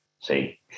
see